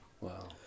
Wow